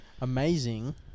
amazing